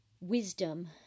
wisdom